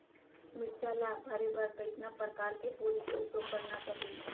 मिरचा ला भरे बर कइसना परकार के बोरी के उपयोग करना चाही?